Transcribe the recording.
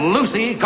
Lucy